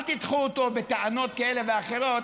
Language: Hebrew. אל תדחו אותו בטענות כאלה ואחרות,